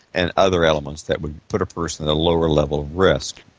and other elements that would put a person at a lower level of risk.